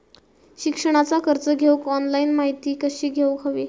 शिक्षणाचा कर्ज घेऊक ऑनलाइन माहिती कशी घेऊक हवी?